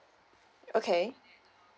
okay